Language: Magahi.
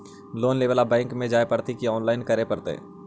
लोन लेवे ल बैंक में जाय पड़तै कि औनलाइन करे पड़तै?